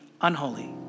unholy